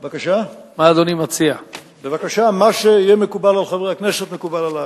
בבקשה, מה שיהיה מקובל על חברי הכנסת מקובל עלי.